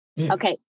Okay